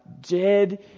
dead